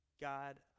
God